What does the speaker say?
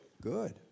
Good